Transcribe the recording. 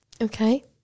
Okay